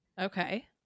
Okay